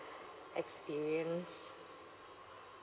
experience